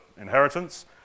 inheritance